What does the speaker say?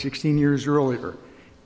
sixteen years earlier